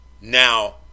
now